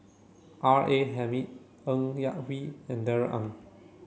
R A Hamid Ng Yak Whee and Darrell Ang